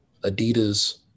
Adidas